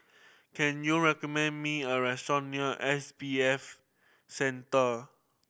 can you recommend me a restaurant near S B F Center